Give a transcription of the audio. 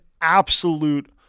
absolute